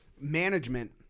management